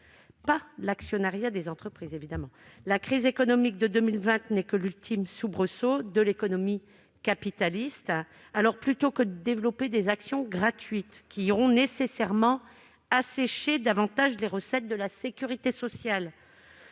pas l'actionnariat des entreprises. La crise économique de 2020 n'est que l'ultime soubresaut de l'économie capitaliste. Plutôt que de développer les actions gratuites, ce qui aura pour effet d'assécher davantage les recettes de la sécurité sociale,